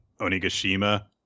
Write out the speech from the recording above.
Onigashima